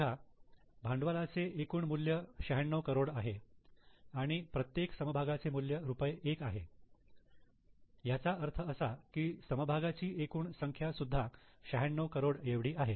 बघा भांडवलाचे एकूण मूल्य 96 करोड आहे आणि प्रत्येक समभागाचे मूल्य रुपये 1 आहे याचा अर्थ असा की समभागांची एकूण संख्या सुद्धा 96 करोड एवढी आहे